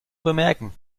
bemerken